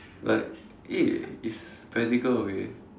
like eh it's practical okay